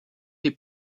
les